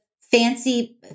fancy